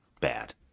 bad